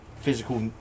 Physical